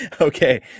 Okay